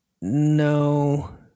No